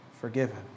forgiven